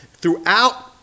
throughout